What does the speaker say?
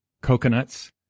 coconuts